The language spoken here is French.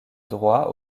droit